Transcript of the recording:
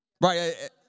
Right